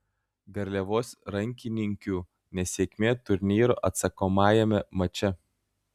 garliavos rankininkių nesėkmė turnyro atsakomajame mače